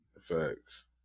Facts